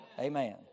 Amen